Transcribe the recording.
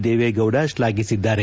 Deve Gowda ಶ್ಲಾಫಿಸಿದ್ದಾರೆ